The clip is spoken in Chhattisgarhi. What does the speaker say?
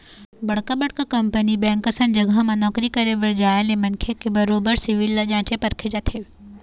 बड़का बड़का कंपनी बेंक असन जघा म नौकरी करे बर जाय ले मनखे के बरोबर सिविल ल जाँचे परखे जाथे